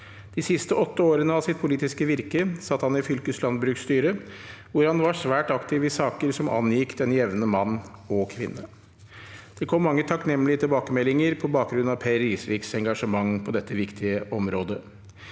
De siste åtte årene av sitt politiske virke satt han i fylkeslandbruksstyret, hvor han var svært aktiv i saker som angikk den jevne mann og kvinne. Det kom mange takknemlige tilbakemeldinger på bakgrunn av Per Risviks engasjement på dette viktige området.